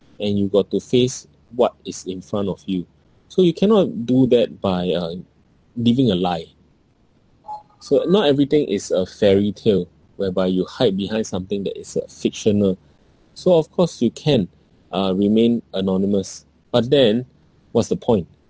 and you got to face what is in front of you so you cannot do that by uh living a lie so not everything is a fairy tale whereby you hide behind something that is uh fictional so of course you can uh remain anonymous or then what's the point